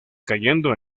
cayendo